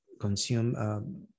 consume